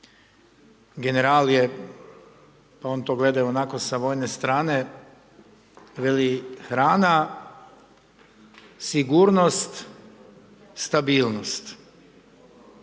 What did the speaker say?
general je, on to gleda onako sa vojne strane, veli hrana, sigurnost, stabilnost,